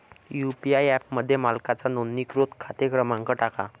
UPI ॲपमध्ये मालकाचा नोंदणीकृत खाते क्रमांक टाका